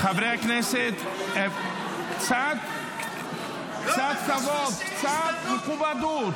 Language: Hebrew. חברי הכנסת, קצת כבוד, קצת מכובדות.